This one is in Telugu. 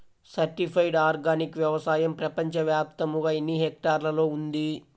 సర్టిఫైడ్ ఆర్గానిక్ వ్యవసాయం ప్రపంచ వ్యాప్తముగా ఎన్నిహెక్టర్లలో ఉంది?